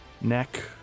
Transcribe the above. Neck